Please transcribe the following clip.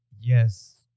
Yes